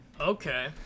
Okay